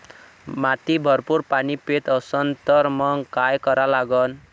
माती भरपूर पाणी पेत असन तर मंग काय करा लागन?